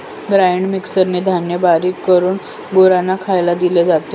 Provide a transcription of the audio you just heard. grinder मिक्सरने धान्य बारीक करून गुरांना खायला दिले जाते